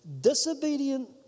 disobedient